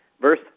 verse